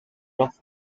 rough